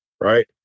Right